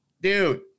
dude